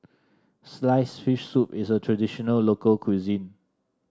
sliced fish soup is a traditional local cuisine